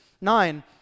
nine